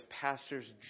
pastor's